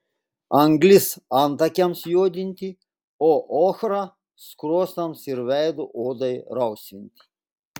anglis antakiams juodinti o ochra skruostams ir veido odai rausvinti